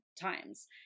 times